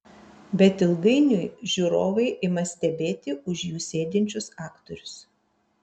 bet ilgainiui žiūrovai ima stebėti už jų sėdinčius aktorius